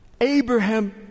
Abraham